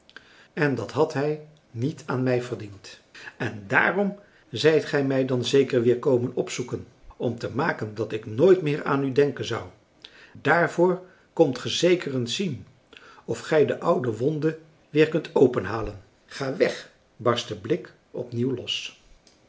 en dat had hij niet aan mij verdiend en dààrom zijt ge mij dan zeker weer komen opzoeken om te maken dat ik nooit meer aan u denken zou dààrvoor komt ge zeker eens zien of gij de oude wonde weer kunt openhalen ga weg barstte blik opnieuw los